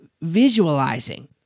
visualizing